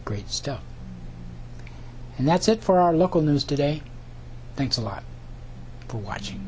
great stuff and that's it for our local news today thanks a lot for watching